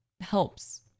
helps